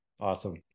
Awesome